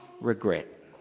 regret